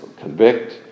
convict